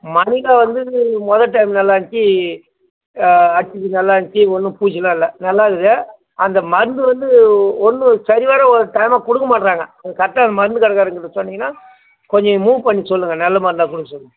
மண்ணில் வந்து மொதல் டைம் நல்லா இருந்துச்சு அடித்தது நல்லாருத்துச்சு ஒன்றும் பூச்சியெலாம் இல்லை நல்லாக்குது அந்த மருந்து வந்து ஒன்றும் சரி வர ஒவ்வொரு டைமில் கொடுக்க மாட்டுறாங்க கரெக்டாக அந்த மருந்து கடைக்காரங்கிட்ட சொன்னிங்கன்னால் கொஞ்சம் மூவ் பண்ண சொல்லுங்க நல்ல மருந்தா கொடுக்க சொல்லுங்க